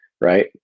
right